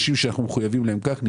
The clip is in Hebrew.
שאנחנו מחויבים להם בצורה הזאת לא נעים